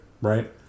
right